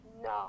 No